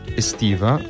estiva